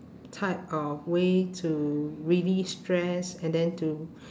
type of way to relieve stress and then to